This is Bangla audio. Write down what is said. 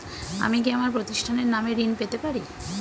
আমি কি আমার প্রতিষ্ঠানের নামে ঋণ পেতে পারি?